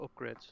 upgrades